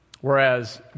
Whereas